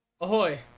ahoy